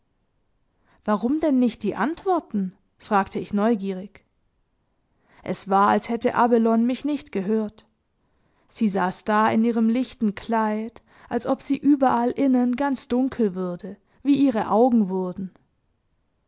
warum denn nicht die antworten fragte ich neugierig es war als hätte abelone mich nicht gehört sie saß da in ihrem lichten kleid als ob sie überall innen ganz dunkel würde wie ihre augen wurden